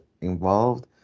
involved